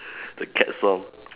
the cat song